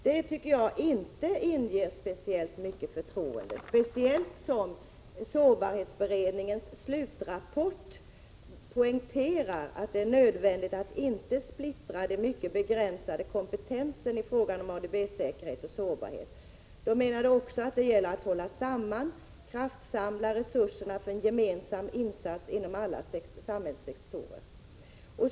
Det tycker jag inte inger speciellt stort förtroende, särskilt som sårbarhetsberedningen i sin slutrapport poängterar att det är Prot. 1986/87:32 nödvändigt att inte splittra den mycket begränsade kompetensen inom 20november 1986 ADB-säkerhet och sårbarhet. Man menar att det gäller att hålla ihop, mas kraftsamla resurserna för en gemensam insats inom alla olika samhällssektorer.